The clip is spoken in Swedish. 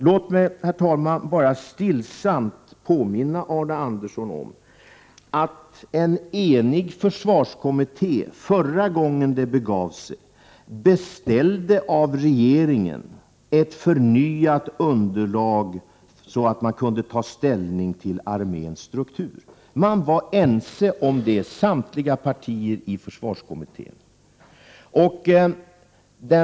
Låt mig då bara helt stillsamt påminna Arne Andersson om att en enig försvarskommitté förra gången det begav sig beställde av regeringen ett förnyat underlag, för att man skulle kunna ta ställning till arméns struktur. Samtliga partier i försvarskommittén var ense om det.